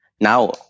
now